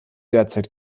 derzeit